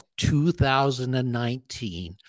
2019